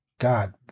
god